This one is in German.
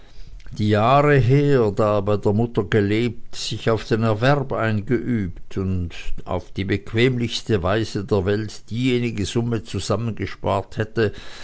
die jahre her da er bei der mutter gelebt sich auf den erwerb eingeübt und auf die bequemlichste weise der welt diejenige summe zusammengespart hätte